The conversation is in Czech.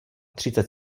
třicet